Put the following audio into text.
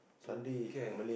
two care